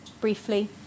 briefly